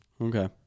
Okay